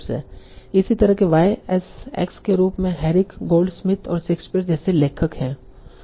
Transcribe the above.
इस तरह के y एस x के रूप में हेरिक गोल्डस्मिथ और शेक्सपियर जैसे लेखक है